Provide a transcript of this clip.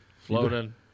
floating